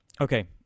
Okay